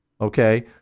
Okay